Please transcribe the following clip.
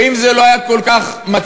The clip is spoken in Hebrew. ואם זה לא היה כל כך מצחיק,